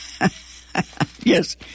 Yes